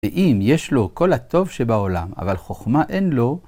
ואם יש לו כל הטוב שבעולם, אבל חכמה אין לו,